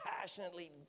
passionately